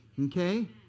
Okay